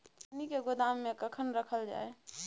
खैनी के गोदाम में कखन रखल जाय?